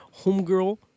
homegirl